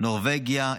נורבגיה,